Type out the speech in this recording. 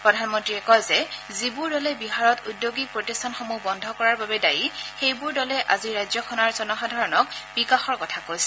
প্ৰধানমন্ত্ৰীয়ে কয় যে যিবোৰ দলে বিহাৰত উদ্যোগীক প্ৰতিষ্ঠানসমূহ বন্ধ কৰাৰ বাবে দায়ী সেইবোৰ দলে আজি ৰাজ্যখনৰ জনসাধাৰণক বিকাশৰ কথা কৈছে